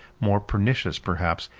more pernicious, perhaps,